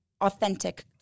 authentic